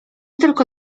tylko